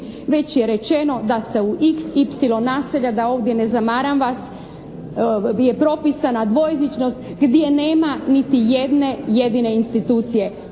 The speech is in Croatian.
već je rečeno da se u iks, ipsilon naselja, da ovdje ne zamaram vas, je propisana dvojezičnost gdje nema niti jedne jedine institucije.